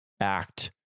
act